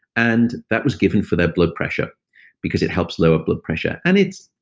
and that was given for their blood pressure because it helps lower blood pressure. and it's